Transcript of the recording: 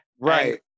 Right